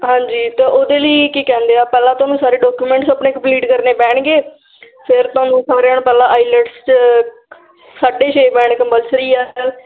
ਹਾਂਜੀ ਅਤੇ ਉਹਦੇ ਲਈ ਕੀ ਕਹਿੰਦੇ ਆ ਪਹਿਲਾਂ ਤੁਹਾਨੂੰ ਸਾਰੇ ਡੋਕੂਮੈਂਟਸ ਆਪਣੇ ਕੰਮਲੀਟ ਕਰਨੇ ਪੈਣਗੇ ਫਿਰ ਤੁਹਾਨੂੰ ਸਾਰਿਆਂ ਤੋਂ ਪਹਿਲਾਂ ਆਈਲੈਟਸ 'ਚ ਸਾਢੇ ਛੇ ਬੈਂਡ ਕੰਪਸਲਰੀ ਹੈ ਅੱਜ ਕੱਲ੍ਹ